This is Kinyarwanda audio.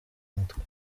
natwe